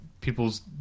people's